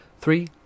three